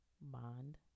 bond